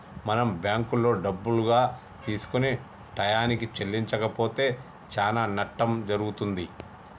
మనం బ్యాంకులో డబ్బులుగా తీసుకొని టయానికి చెల్లించకపోతే చానా నట్టం జరుగుతుంది